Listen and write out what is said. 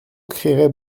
créerait